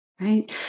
right